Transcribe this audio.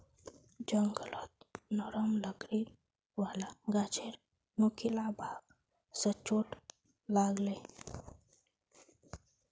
जंगलत नरम लकड़ी वाला गाछेर नुकीला भाग स चोट लाग ले